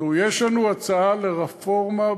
תראו, יש לנו הצעה לרפורמה בלול,